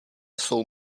jsou